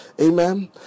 Amen